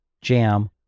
jam